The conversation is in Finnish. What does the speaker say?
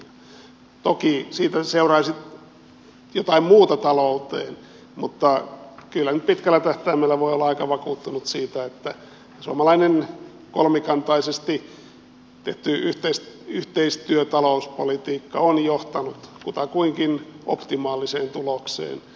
toki siitä seuraisi jotain muuta talouteen mutta kyllä nyt pitkällä tähtäimellä voi olla aika vakuuttunut siitä että suomalainen kolmikantaisesti tehty yhteistyötalouspolitiikka on johtanut kutakuinkin optimaaliseen tulokseen